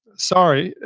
ah sorry.